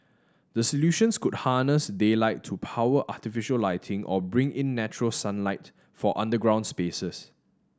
the solutions could harness daylight to power artificial lighting or bring in natural sunlight for underground spaces